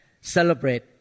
celebrate